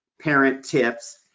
parent tips,